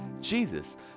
Jesus